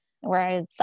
Whereas